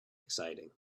exciting